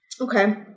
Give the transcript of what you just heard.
Okay